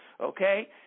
Okay